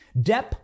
Depp